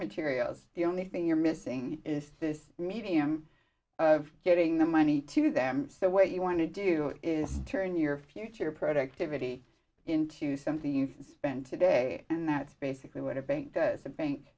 materials the only thing you're missing is this medium getting the money to them so what you want to do is turn your future productivity into something you spend today and that's basically what a bank does a bank